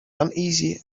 uneasy